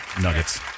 nuggets